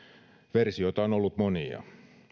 versioita on ollut monia